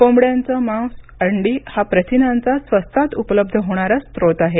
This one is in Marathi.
कोंबड्यांचं मांस व अंडी हा प्रथिनांचा स्वस्तात उपलब्ध होणारा स्त्रोत आहे